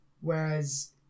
Whereas